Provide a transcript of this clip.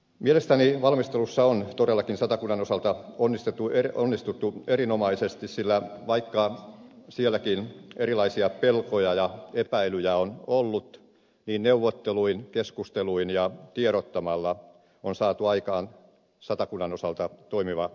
mielestäni valmistelussa on todellakin satakunnan osalta onnistuttu erinomaisesti sillä vaikka sielläkin erilaisia pelkoja ja epäilyjä on ollut niin neuvotteluin keskusteluin ja tiedottamalla on saatu aikaan satakunnan osalta toimiva lopputulos